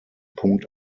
punkt